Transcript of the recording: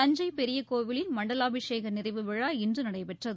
தஞ்சை பெரிய கோவிலின் மண்டலாபிஷேக நிறைவு விழா இன்று நடைபெற்றது